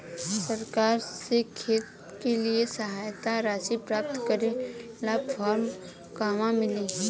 सरकार से खेत के लिए सहायता राशि प्राप्त करे ला फार्म कहवा मिली?